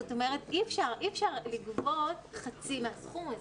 זאת אומרת, אי אפשר לגבות חצי מהסכום הזה,